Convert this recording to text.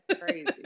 crazy